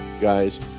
guys